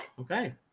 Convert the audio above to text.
Okay